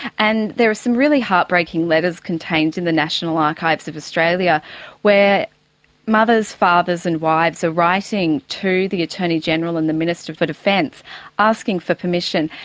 and there were some really heartbreaking letters contained in the national archives of australia where mothers, fathers and wives are writing to the attorney general and the minister for defence asking for permission.